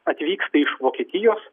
atvyksta iš vokietijos